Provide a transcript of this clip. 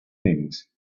things